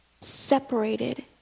separated